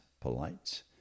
polite